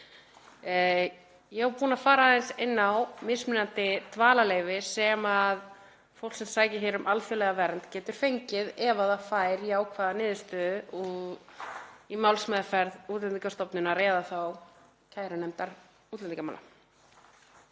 Ég var búin að fara aðeins inn á mismunandi dvalarleyfi sem fólk sem sækir um alþjóðlega vernd getur fengið ef það fær jákvæða niðurstöðu í málsmeðferð Útlendingastofnunar eða kærunefndar útlendingamála.